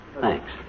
Thanks